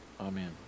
Amen